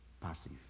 passive